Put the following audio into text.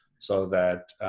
so that